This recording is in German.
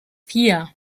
vier